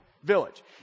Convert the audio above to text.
village